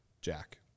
Jack